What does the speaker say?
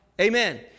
Amen